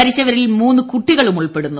മരിച്ചവരിൽ മുന്ന് കുട്ടികളും ഉൾപ്പെടുന്നു